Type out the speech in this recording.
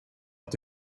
att